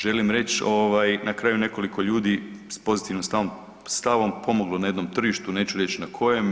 Želim reći na kraju nekoliko ljudi sa pozitivnim stavom pomoglo na jednom tržištu, neću reći na kojem.